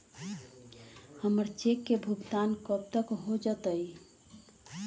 हमर चेक के भुगतान कब तक हो जतई